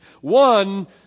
One